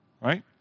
Right